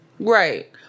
Right